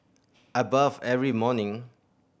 I bathe every morning